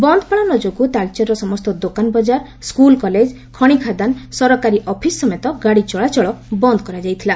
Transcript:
ବନ୍ଦ୍ ପାଳନ ଯୋଗୁଁ ତାଳଚେରର ସମସ୍ତ ଦୋକାନ ବଜାର ସ୍କୁଲ୍ କଲେଜ ଖଶିଖାଦାନ ସରକାରୀ ଅଫିସ୍ ସମେତ ଗାଡ଼ି ଚଳାଚଳ ବନ୍ କରାଯାଇଛି